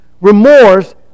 remorse